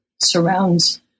surrounds